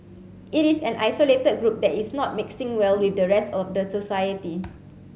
it is an isolated group that is not mixing well with the rest of society